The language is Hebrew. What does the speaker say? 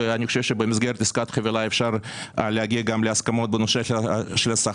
ואני חושב שבמסגרת עסקת חבילה אפשר להגיע להסכמות גם בנושא של השכר.